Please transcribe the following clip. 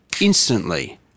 instantly